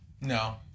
No